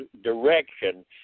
direction